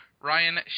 Ryan